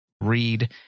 read